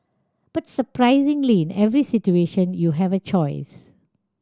but surprisingly in every situation you have a choice